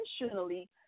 intentionally